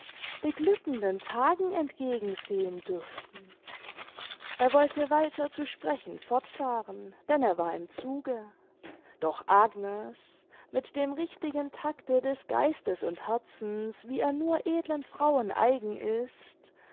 beglückenden tagen entgegen sehen dürften er wollte weiter zu sprechen fortfahren denn er war im zuge doch agnes mit dem richtigen tacte des geistes und herzens wie er nur edlen frauen eigen ist